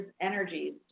energies